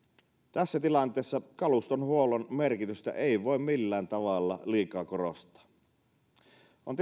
tässä tilanteessa kaluston huollon merkitystä ei voi millään tavalla liikaa korostaa on